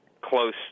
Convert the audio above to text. close